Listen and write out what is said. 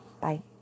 Bye